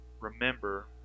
remember